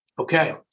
okay